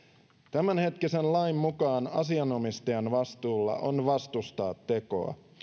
tämänhetkisen lain mukaan asianomistajan vastuulla on vastustaa tekoa